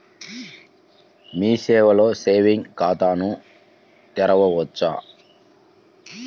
మీ సేవలో సేవింగ్స్ ఖాతాను తెరవవచ్చా?